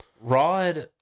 Rod